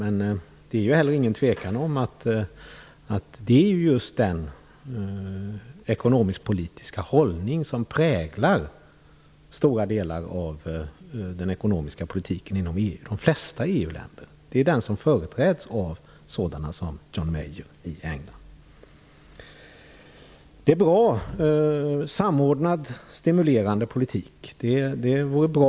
Men det råder heller inget tvivel om att den ekonomisk-politiska hållning som präglar stora delar av den ekonomiska politiken inom de flesta EU länderna är just den som företräds av sådana som Det vore bra med initiativ för samordnad stimulerande politik.